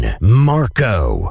Marco